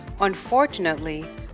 Unfortunately